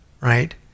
right